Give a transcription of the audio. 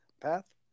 path